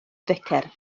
ficer